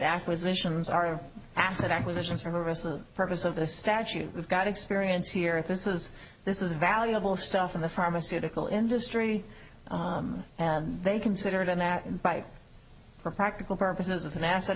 acquisitions our asset acquisitions for the rest of the purpose of the statute we've got experience here at this is this is valuable stuff in the pharmaceutical industry and they consider it an act by for practical purposes an asset